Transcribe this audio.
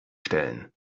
stellen